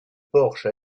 porche